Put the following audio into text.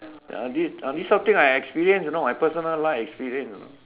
uh this uh this sort of thing I experience you know my personal life experience know